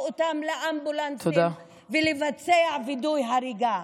אותם לאמבולנסים ולבצע וידוא הריגה.